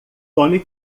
tome